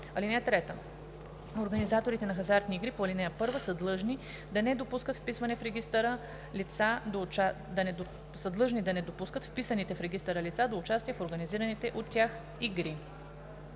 1. (3) Организаторите на хазартни игри по ал. 1 са длъжни да не допускат вписаните в регистъра лица до участие в организираните от тях игри.“